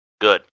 Good